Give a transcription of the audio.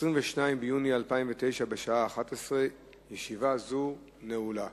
22 ביוני 2009, בשעה 11:00. ישיבה זו נעולה.